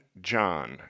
John